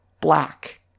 black